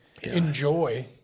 Enjoy